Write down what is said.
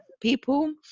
people